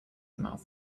mouth